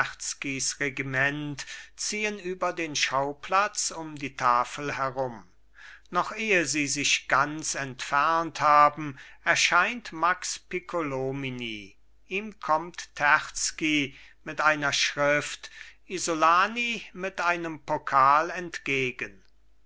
ziehen über den schauplatz um die tafel herum noch ehe sie sich ganz entfernt haben erscheint max piccolomini ihm kommt terzky mit einer schrift isolani mit einem pokal entgegen